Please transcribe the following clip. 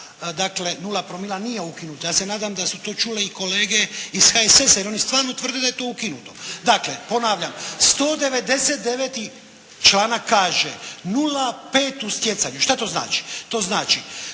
da 0,0 promila nije ukinuto. Ja se nadam da su to čule i kolege iz HSS-a jer oni stvarno tvrde da je to ukinuto. Dakle ponavljam 199. članak kaže 0,5 u stjecanju. Šta to znači?